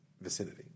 vicinity